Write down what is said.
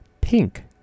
pink